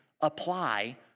apply